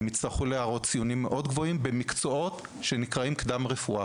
הם יצטרכו להראות ציונים מאוד גבוהים במקצועות שנקראים קדם רפואה,